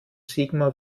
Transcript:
sigmar